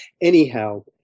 Anyhow